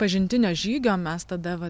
pažintinio žygio mes tada vat